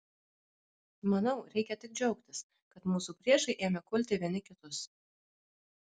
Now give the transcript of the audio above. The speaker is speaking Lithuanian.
manau reikia tik džiaugtis kad mūsų priešai ėmė kulti vieni kitus